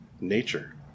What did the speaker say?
nature